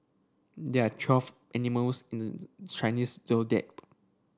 there are twelve animals in the Chinese Zodiac